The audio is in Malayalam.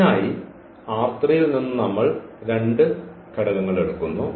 അതിനായി ഈ ൽ നിന്ന് നമ്മൾ രണ്ട് ഘടകങ്ങൾ എടുക്കുന്നു